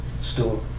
store